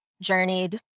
journeyed